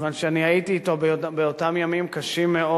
כיוון שאני הייתי אתו באותם ימים קשים מאוד,